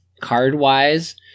Card-wise